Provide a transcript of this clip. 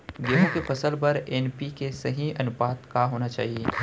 गेहूँ के फसल बर एन.पी.के के सही अनुपात का होना चाही?